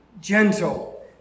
gentle